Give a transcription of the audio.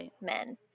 men